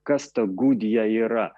kas ta gudija yra